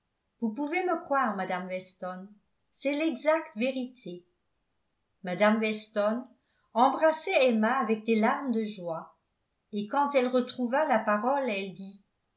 vous pouvez me croire madame weston c'est l'exacte vérité mme weston embrassai emma avec des larmes de joie et quand elle retrouva la parole elle dit